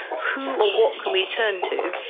who or what can we turn to?